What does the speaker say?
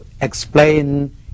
explain